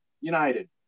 united